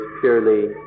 purely